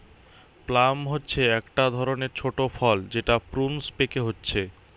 plum হচ্ছে একটা ধরণের ছোট ফল যেটা প্রুনস পেকে হচ্ছে